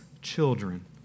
children